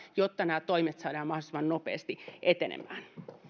jotta nämä toimet saadaan mahdollisimman nopeasti etenemään